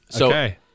Okay